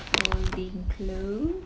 folding clothes